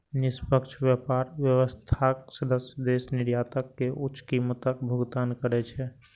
निष्पक्ष व्यापार व्यवस्थाक सदस्य देश निर्यातक कें उच्च कीमतक भुगतान करै छै